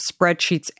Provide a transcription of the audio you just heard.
spreadsheets